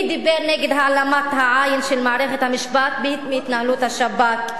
מי דיבר נגד העלמת העין של מערכת המשפט מהתנהלות השב"כ?